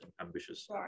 ambitious